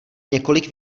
několik